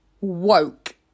Woke